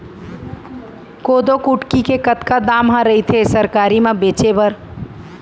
कोदो कुटकी के कतका दाम ह रइथे सरकारी म बेचे बर?